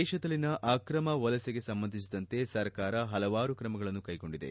ದೇತದಲ್ಲಿನ ಅಕ್ರಮ ವಲಸೆಗೆ ಸಂಬಂಧಿಸಿದಂತೆ ಸರ್ಕಾರ ಹಲವಾರು ಕ್ರಮಗಳನ್ನು ಕೈಗೊಂಡಿದೆ